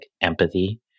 empathy